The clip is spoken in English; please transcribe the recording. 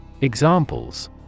Examples